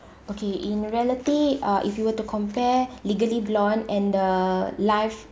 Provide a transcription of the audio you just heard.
okay in reality uh if you were to compare legally blonde and the life